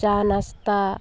ᱪᱟ ᱱᱟᱥᱛᱟ